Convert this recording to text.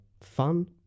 fun